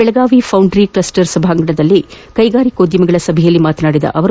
Belagavi foundry cluster ಸಭಾಂಗಣದಲ್ಲಿ ಕೈಗಾರಿಕೋದ್ನಮಿಗಳ ಸಭೆಯಲ್ಲಿ ಮಾತನಾಡಿದ ಅವರು